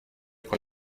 con